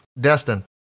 Destin